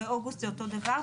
באוגוסט זה אותו דבר.